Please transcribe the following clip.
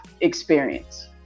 experience